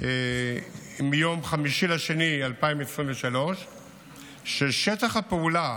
מ-5 בפברואר 2023 ששטח הפעולה